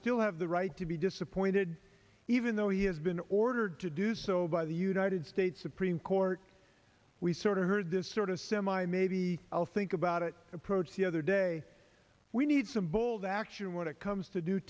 still have the right to be disappointed even though he has been ordered to do so by the united states supreme court we sort of heard this sort of semi maybe i'll think about it approach the other day we need some bold action when it comes to do